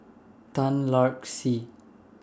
Tan Lark Sye